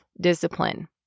discipline